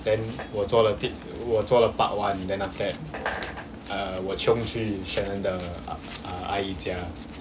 then 我做了第我做了 part one then after that uh 我 chiong 去 shannon 的阿姨家